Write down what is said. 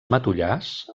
matollars